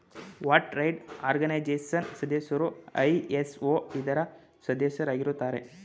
world trade organisation ಸದಸ್ಯರು ISO ಇದರ ಸದಸ್ಯರಾಗಿರುತ್ತಾರೆ